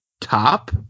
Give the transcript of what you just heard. top